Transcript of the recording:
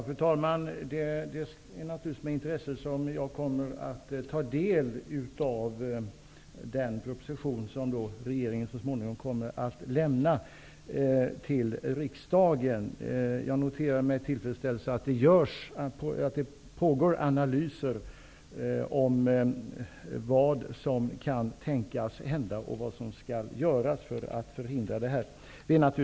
Fru talman! Naturligtvis kommer jag med intresse att ta del av den proposition som regeringen så småningom kommer att lämna till riksdagen. Jag noterar med tillfredsställe att analyser om vad som kan tänkas hända och vad som kan tänkas göras för att förhindra detta pågår.